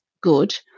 good